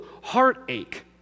heartache